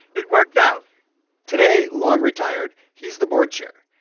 it worked out today, long retired, he's the board chair.